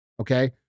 okay